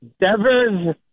Devers